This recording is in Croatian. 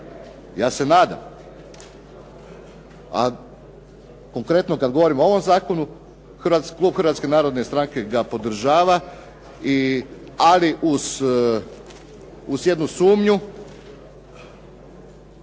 Ja se nadam. A konkretno, kad govorimo o ovom zakonu, klub Hrvatske narodne stranke ga podržava, ali uz jednu sumnju